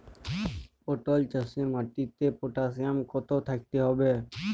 পটল চাষে মাটিতে পটাশিয়াম কত থাকতে হবে?